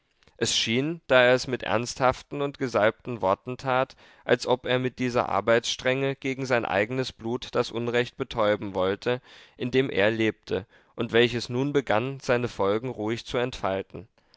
es schien da er es mit ernsthaften und gesalbten worten tat als ob er mit dieser arbeitsstrenge gegen sein eigenes blut das unrecht betäuben wollte in dem er lebte und welches nun begann seine folgen ruhig zu entfalten